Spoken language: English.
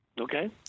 Okay